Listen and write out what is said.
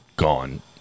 Gone